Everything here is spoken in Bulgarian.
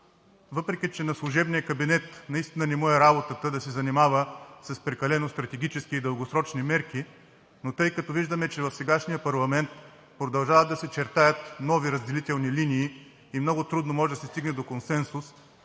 Въпреки че на служебния кабинет наистина не му е работата да се занимава с прекалено стратегически и дългосрочни мерки, но тъй като виждаме, че в сегашния парламент продължават да се чертаят нови разделителни линии и много трудно може да се стигне до консенсус,